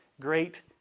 great